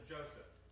Joseph